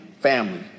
family